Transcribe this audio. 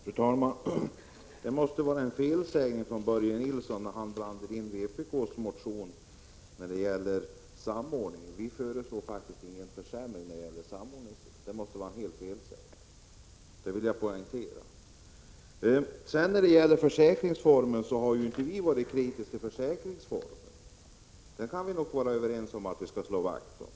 Fru talman! Det måste ha varit en felsägning av Börje Nilsson när han när det gäller samordningen blandade in vpks motion. Vi föreslår faktiskt inte någon försämring på detta område. Det måste således ha varit en felsägning, det vill jag poängtera. Vi har inte varit kritiska till försäkringsformen. Vi kan nog vara överens om att man skall slå vakt om den.